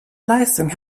leistung